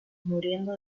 muriendo